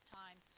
time